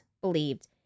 believed